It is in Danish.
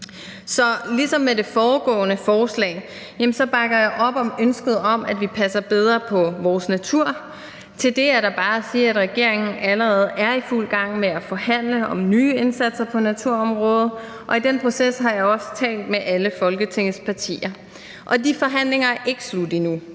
Så ligesom med det foregående forslag bakker jeg op om ønsket om, at vi passer bedre på vores natur. Til det er der bare at sige, at regeringen allerede er i fuld gang med at forhandle om nye indsatser på naturområdet. I den proces har jeg også talt med alle Folketingets partier, og de forhandlinger er ikke slut endnu,